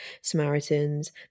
samaritans